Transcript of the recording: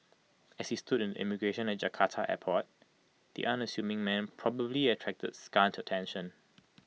as he stood in the immigration line at Jakarta airport the unassuming man probably attracted scant attention